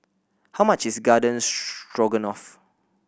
how much is Garden Stroganoff